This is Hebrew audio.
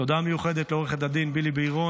תודה מיוחדת לעו"ד בילי בירון,